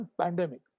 pandemic